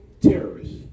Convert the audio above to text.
terrorists